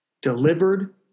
delivered